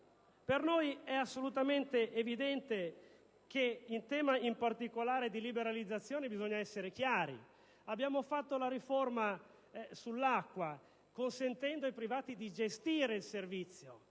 Per noi è assolutamente evidente che in particolare sul tema delle liberalizzazioni bisogna essere chiari. Abbiamo avviato la riforma dell'acqua, consentendo ai privati di gestire il servizio.